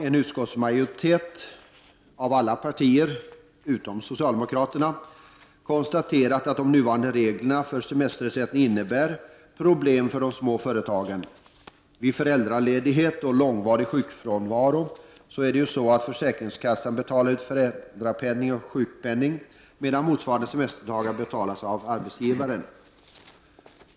En utskottsmajoritet bestående av alla partier utom socialdemokraterna har konstaterat att de nuvarande reglerna för semesterersättning innebär problem för de små företagen. Vid föräldraledighet och långvarig sjukfrånvaro betalar försäkringskassan ut föräldrapenning och sjukpenning, medan motsvarande semesterdagar betalas av arbetsgivaren.